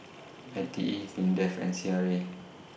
I T E Mindef and C R A